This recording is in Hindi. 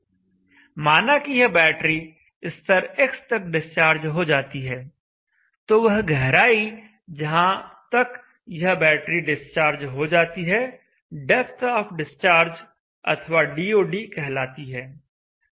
माना कि यह बैटरी स्तर x तक डिस्चार्ज हो जाती है तो वह गहराई जहां तक यह बैटरी डिस्चार्ज हो जाती है डेप्थ ऑफ़ डिस्चार्ज अथवा DoD कहलाती है